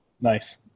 Nice